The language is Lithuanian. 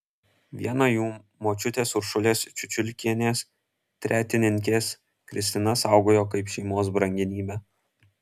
vieną jų močiutės uršulės čiučiulkienės tretininkės kristina saugojo kaip šeimos brangenybę